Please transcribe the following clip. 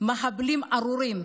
מחבלים ארורים,